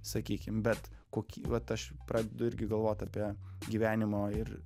sakykim bet kokį vat aš pradedu irgi galvot apie gyvenimo ir